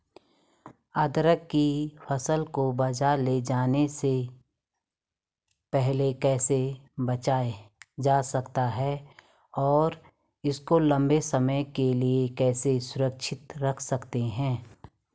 अदरक की फसल को बाज़ार ले जाने से पहले कैसे बचाया जा सकता है और इसको लंबे समय के लिए कैसे सुरक्षित रख सकते हैं?